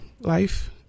life